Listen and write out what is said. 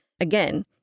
Again